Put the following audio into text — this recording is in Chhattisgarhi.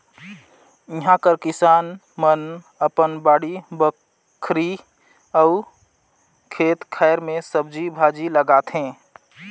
इहां कर किसान मन अपन बाड़ी बखरी अउ खेत खाएर में सब्जी भाजी लगाथें